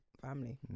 family